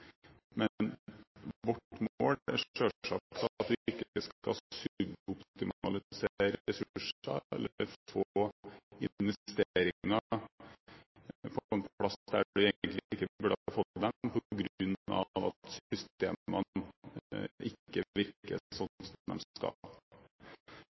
Men vårt mål er selvsagt at vi ikke skal suboptimalisere ressurser, eller få investeringer på et sted man egentlig ikke burde fått dem på grunn av at systemene ikke virker